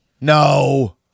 No